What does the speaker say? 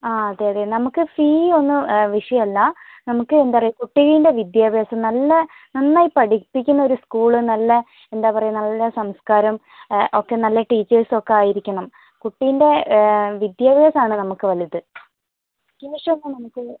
ആ അതെയതെ നമുക്ക് ഫീ ഒന്നും വിഷയമല്ല നമുക്ക് എന്താണ് പറയുക കുട്ടികളുടെ വിദ്യാഭ്യാസം നല്ല നന്നായി പഠിപ്പിക്കുന്ന ഒരു സ്കൂൾ നല്ല എന്താണ് പറയുക നല്ല സംസ്കാരം ഒക്കെ നല്ല ടീച്ചേഴ്സ് ഒക്കെ ആയിരിക്കണം കുട്ടീൻ്റെ വിദ്യാഭ്യാസം ആണ് നമുക്ക് വലുത് ട്യൂഷൻ നമുക്ക്